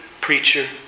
preacher